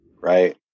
right